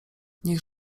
niech